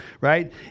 right